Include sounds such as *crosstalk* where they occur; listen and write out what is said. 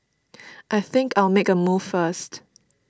*noise* I think I'll make a move first